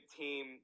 team